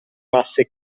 masse